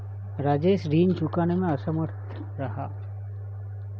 राजेश ऋण चुकाने में असमर्थ रहा